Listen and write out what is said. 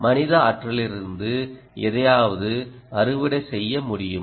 மனித ஆற்றலிலிருந்து எதையாவது அறுவடை செய்ய முடியுமா